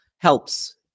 helps